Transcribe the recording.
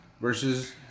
versus